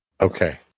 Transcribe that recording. Okay